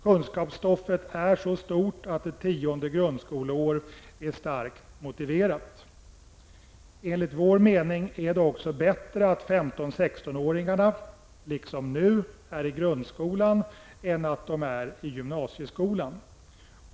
Kunskapsstoffet är så stort att ett tionde grundskoleår är starkt motiverat. Enligt vår mening är det också bättre att 15--16-åringarna liksom nu är i grundskolan än att de är i gymnasieskolan.